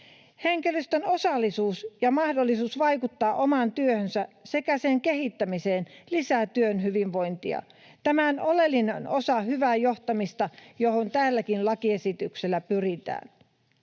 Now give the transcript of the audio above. Henkilöstön osallisuus ja mahdollisuus vaikuttaa omaan työhönsä sekä sen kehittämiseen lisää työhyvinvointia. Tämä on oleellinen osa hyvää johtamista, johon tälläkin lakiesityksellä pyritään.